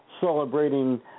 celebrating